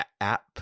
app